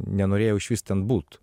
nenorėjau išvis ten būt